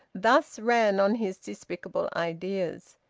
thus ran on his despicable ideas.